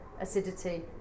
acidity